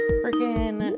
freaking